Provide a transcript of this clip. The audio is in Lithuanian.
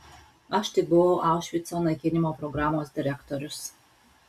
aš tik buvau aušvico naikinimo programos direktorius